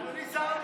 אדוני שר המשפטים,